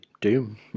doom